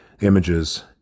Images